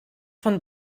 von